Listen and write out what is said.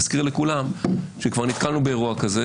אני מזכיר לכולם שכבר נתקלנו באירוע כזה,